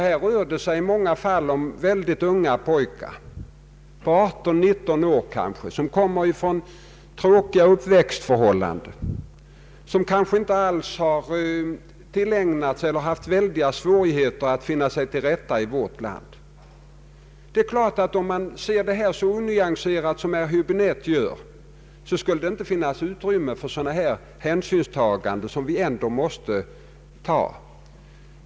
Här rör det sig i många fall om mycket unga pojkar, kanske 18—19 år, vilka ofta haft tråkiga uppväxtförhållanden och kanske därför haft stora svårigheter att finna sig till rätta i vårt land. Om man ser på denna fråga så onyanserat som herr Huäbinette gör, finns det givetvis inte något utrymme för sådana hänsynstaganden som vi enligt min mening måste ta.